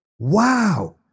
Wow